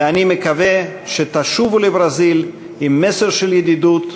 ואני מקווה שתשובו לברזיל עם מסר של ידידות,